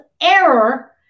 error